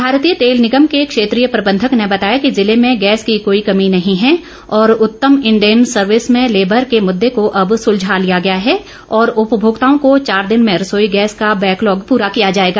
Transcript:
भारतीय तेल निगम के क्षेत्रीय प्रबंधक ने बताया कि जिले में गैस की कोई कमी नहीं है और उत्तम इंडेन सर्विस में लेबर के मुद्दे को अब सुलझा लिया गया है और उपभोक्ताओं को चार दिन में रसोई गैस का बैकलॉग प्रा किया जाएगा